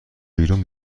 بیرون